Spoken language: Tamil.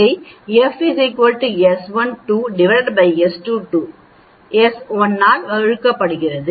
எனவே F s1 2 s2 2 s 1 ஆல் வழங்கப்படும் f விகிதத்தையும் s 2 மாதிரி நிலையான விலகலையும் கணக்கிடுகிறோம் எனவே s1 2 சதுரம் மாறுபாடு ஆகும்